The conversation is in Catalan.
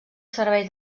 servei